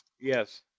Yes